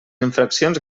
infraccions